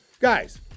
guys